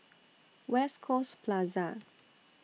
West Coast Plaza